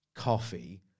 coffee